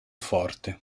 forte